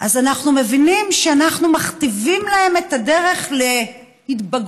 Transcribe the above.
אז אנחנו מבינים שאנחנו מכתיבים להם את הדרך להתבגרותם